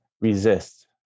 resist